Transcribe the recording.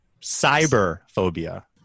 Cyberphobia